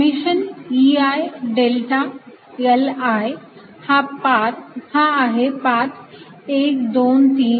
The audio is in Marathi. समेशन Ei डेल्टा Ii हा आहे पाथ 1 2 3 4